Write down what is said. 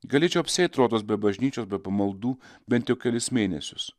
galėčiau apsieit rodos be bažnyčios be pamaldų bent jau kelis mėnesius